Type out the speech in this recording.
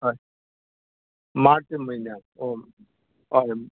हय मार्च म्हयन्याक ओके हय